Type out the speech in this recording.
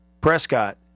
Prescott